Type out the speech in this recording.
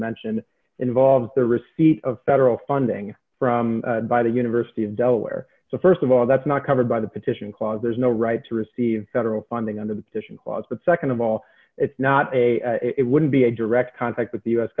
mentioned involves the receipt of federal funding from by the university of delaware so st of all that's not covered by the petition clause there's no right to receive federal funding under the petition clause but nd of all it's not a it wouldn't be a direct contact with the u